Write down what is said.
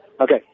Okay